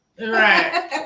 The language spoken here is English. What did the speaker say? Right